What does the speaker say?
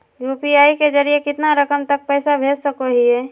UPI के जरिए कितना रकम तक पैसा भेज सको है?